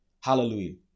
Hallelujah